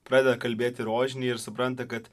pradeda kalbėti rožinį ir supranta kad